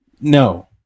no